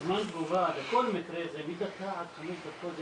וזמן תגובה לכל מקרה זה מדקה עד חמש דקות,